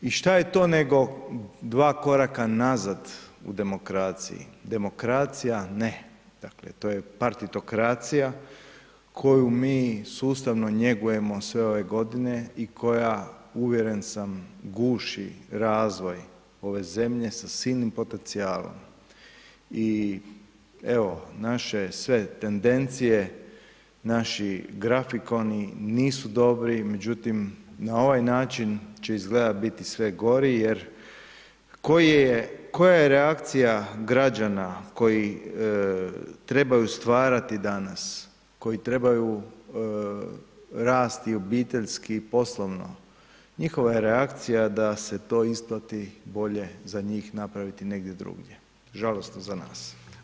I šta je to nego dva koraka nazad u demokraciji, demokracija ne, dakle, to je partitokracija koju mi sustavno njegujemo sve ove godine i koja, uvjeren sam, guši razvoj ove zemlje sa silnim potencijalom i evo, naše sve tendencije, naši grafikoni nisu dobri, međutim, na ovaj način će izgleda biti sve gori jer koja je reakcija građana koji trebaju stvarati danas, koji trebaju rasti obiteljski i poslovno, njihova je reakcija da se to isplati bolje za njih napraviti negdje drugdje, žalosno za nas.